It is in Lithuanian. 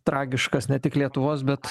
tragiškas ne tik lietuvos bet